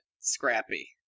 Scrappy